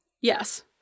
Yes